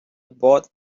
bought